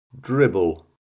Dribble